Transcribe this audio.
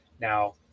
Now